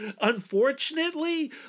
unfortunately